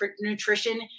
nutrition